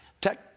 tech